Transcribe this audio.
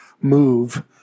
move